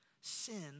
Sin